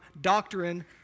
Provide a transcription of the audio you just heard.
doctrine